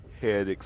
head